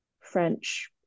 French